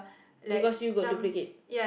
because you got duplicate